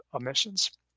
emissions